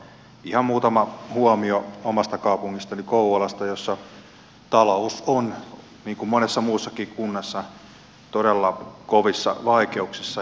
ihan muutama huomio omasta kaupungistani kouvolasta missä talous on niin kuin monessa muussakin kunnassa todella kovissa vaikeuksissa